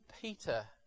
Peter